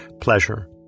pleasure